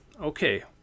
Okay